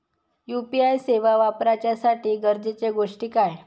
UPI सेवा वापराच्यासाठी गरजेचे गोष्टी काय?